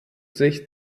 sich